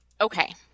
okay